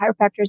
chiropractors